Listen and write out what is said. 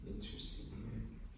interesting